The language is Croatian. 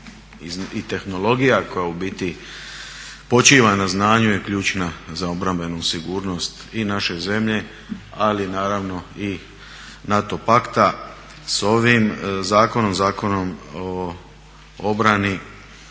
i tehnologija koja u biti počiva na znanju je ključna za obrambenu sigurnost i naše zemlje, ali naravno i NATO pakta. S ovim zakonom, Zakonom o obrani